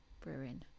brewing